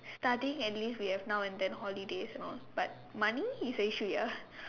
studying at least we have now and then holidays you know but money is a issue ya